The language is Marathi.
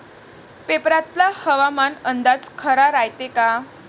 पेपरातला हवामान अंदाज खरा रायते का?